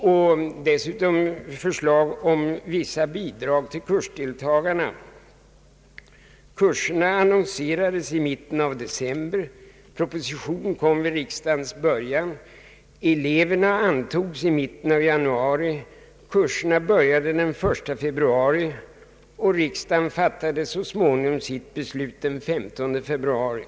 Dessutom lämnade han ett förslag om visst bidrag till kursdeltagarna. Kurserna annonserades i mitten av december, propositionen kom vid vårriksdagens början, eleverna antogs i mitten av januari, kurserna började den 1 februari; och riksdagen fattade så småningom sitt beslut den 15 februari.